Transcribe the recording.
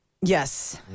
Yes